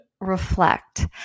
reflect